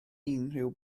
unrhyw